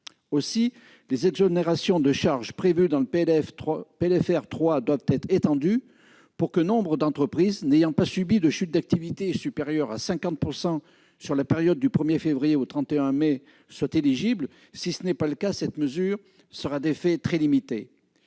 Aussi, les exonérations de charges prévues dans le PLFR 3 doivent être étendues pour que nombre d'entreprises n'ayant pas subi de chute d'activité supérieure à 50 % au cours de la période allant du 1 février au 31 mai soient éligibles. Si ce n'est pas le cas, cette mesure sera d'effet très limité.